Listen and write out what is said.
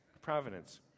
Providence